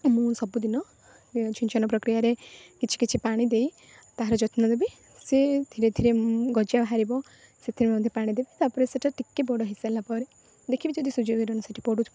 ମୁଁ ସବୁଦିନ ଛିଞ୍ଚନ ଏ ପ୍ରକ୍ରିୟାରେ କିଛିକିଛି ପାଣି ଦେଇ ତାହାର ଯତ୍ନ ନେବି ସେ ଧିରେଧିରେ ଗଜା ବାହାରିବ ସେଥିରେ ମଧ୍ୟ ପାଣି ଦେବି ତା'ପରେ ସେଟା ଟିକେ ବଡ଼ ହୋଇସାରିଲାପରେ ଦେଖିବି ଯଦି ସୂର୍ଯ୍ୟକିରଣ ସେଠି ପଡ଼ୁଥିବ